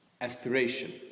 aspiration